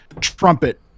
trumpet